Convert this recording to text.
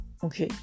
Ok